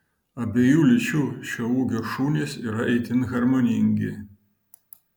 abiejų lyčių šio ūgio šunys yra itin harmoningi